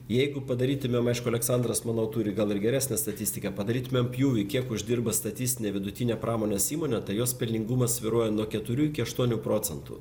jeigu padarytumėm aišku aleksandras manau turi gal ir geresnę statistiką padarytumėm pjūvį kiek uždirba statistinė vidutinė pramonės įmonė tai jos pelningumas svyruoja nuo keturių iki aštuonių procentų